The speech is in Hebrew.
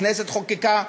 הכנסת חוקקה,